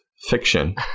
fiction